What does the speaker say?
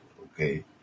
okay